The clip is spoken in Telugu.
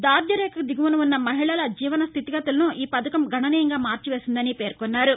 దారిద్ర్య రేఖకు దిగువన ఉన్న మహిళల జీవన స్టితిగతులను ఈ పథకం గణనీయంగా మార్చి వేసిందవని పేర్కొన్నారు